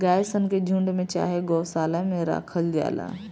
गाय सन के झुण्ड में चाहे गौशाला में राखल जाला